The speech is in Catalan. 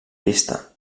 pista